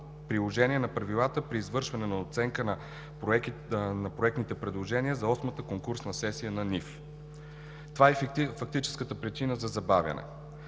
приложение на правилата при извършване на оценка на проектните предложения за Осмата конкурсна сесия на НИФ. Това е фактическата причина за забавянето.